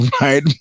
right